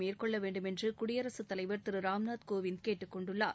மேற்கொள்ளவேண்டும் என்று குடியரசுத் தலைவர் திரு ராம்நாத்கோவிந்த் கேட்டுக்கொண்டுள்ளார்